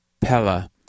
Pella